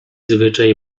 zwyczaj